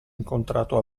incontrato